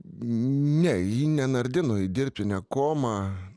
ne ji nenardino į dirbtinę komą